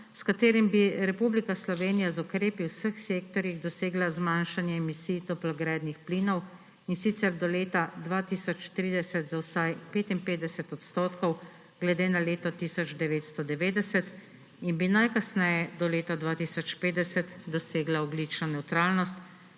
s katerim bi Republika Slovenija z ukrepi v vseh sektorjih dosegla zmanjšanje emisij toplogrednih plinov, in sicer do leta 2030 za vsaj 55 % glede na leto 1990, in bi najkasneje do leta 2050 dosegla ogljično nevtralnost.